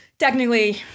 Technically